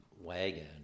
wagon